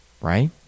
right